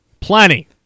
Plenty